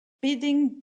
bidding